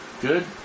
good